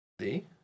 See